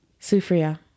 Sufria